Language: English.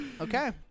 Okay